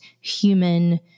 human